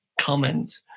comment